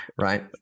Right